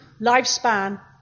lifespan